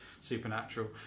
supernatural